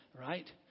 right